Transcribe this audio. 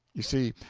you see,